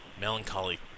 melancholy